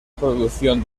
producción